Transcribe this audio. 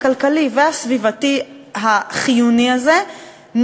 הכלכלי והסביבתי החיוני הזה,